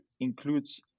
includes